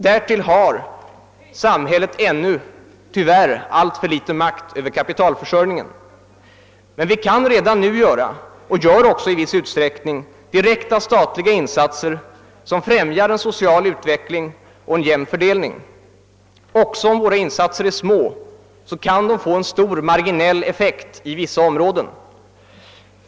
Därtill har samhället ännu tyvärr alltför liten makt över kapitalförsörjningen. Men vi kan redan nu göra, och gör också i viss utsträckning, direkta statliga insatser, som främjar en social utveckling och en jämn fördelning. Också om våra insatser är små kan de få en stor marginell effekt i vissa områden.